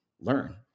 learn